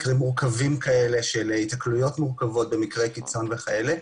מקרים מורכבים כאלה של היתקלויות מורכבות ומקרי קיצון וכאלה,